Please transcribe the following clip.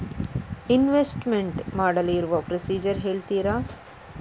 Investment ಮಾಡಲು ಇರುವ procedure ಹೇಳ್ತೀರಾ?